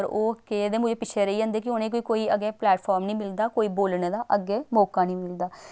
पर ओह् केह्दे मूजब पिच्छें रेही जंदे कि उ'नेंगी कोई अग्गें प्लैटफार्म निं मिलदा कोई बोलने दा अग्गें मौका निं मिलदा